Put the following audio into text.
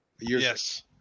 Yes